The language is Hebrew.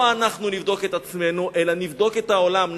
לא אנחנו נבדוק את עצמנו אלא נבדוק את העולם,